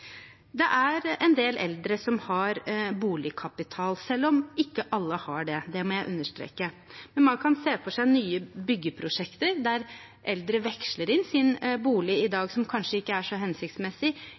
Det er en del eldre som har boligkapital, selv om ikke alle har det – det må jeg understreke. Man kan se for seg nye byggeprosjekter der eldre veksler inn sin bolig, som kanskje ikke er så hensiktsmessig, i